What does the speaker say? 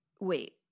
Wait